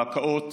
ההקאות,